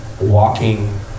walking